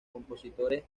compositores